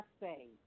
say